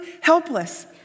helpless